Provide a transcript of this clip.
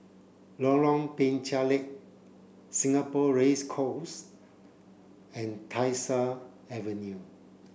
Lorong Penchalak Singapore Race Course and Tyersall Avenue